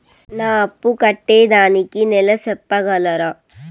నా అప్పు కట్టేదానికి నెల సెప్పగలరా?